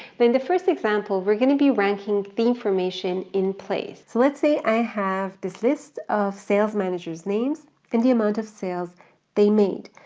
in the first example we're gonna be ranking the information in place. so let's say i have this list of sales manager's names and the amount of sales they made.